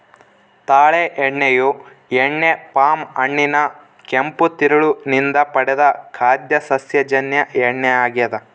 ತಾಳೆ ಎಣ್ಣೆಯು ಎಣ್ಣೆ ಪಾಮ್ ಹಣ್ಣಿನ ಕೆಂಪು ತಿರುಳು ನಿಂದ ಪಡೆದ ಖಾದ್ಯ ಸಸ್ಯಜನ್ಯ ಎಣ್ಣೆ ಆಗ್ಯದ